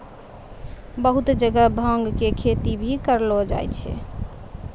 बहुत जगह भांग के खेती भी करलो जाय छै